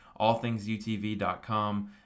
AllThingsUTV.com